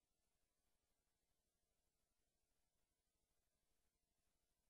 כן, זה